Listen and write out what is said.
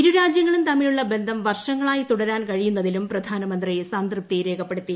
ഇരു രാജ്യങ്ങളും തമ്മിലുള്ള ബന്ധം വർഷങ്ങളായി തുടരാൻ കഴിയുന്നതിലും പ്രധാനമന്ത്രി സംതൃക്ട്തി രേഖപ്പെടുത്തി